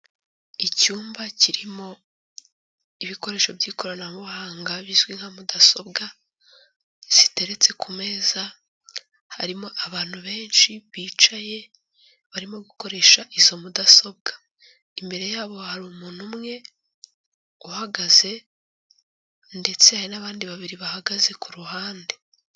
Icyumba kirimo ibikoresho by'ikoranabuhanga bizwi nka mudasobwa ziteretse ku meza, harimo abantu benshi bicaye barimo gukoresha izo mudasobwa, imbere yabo hari umuntu umwe uhagaze ndetse hari n'abandi babiri bahagaze ku ruhande.